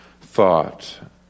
thought